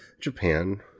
Japan